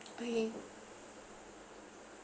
okay